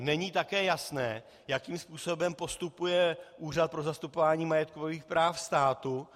Není také jasné, jak postupuje Úřad pro zastupování majetkových práv státu.